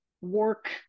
work